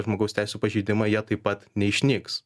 žmogaus teisių pažeidimai jie taip pat neišnyks